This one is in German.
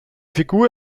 figur